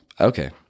Okay